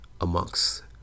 amongst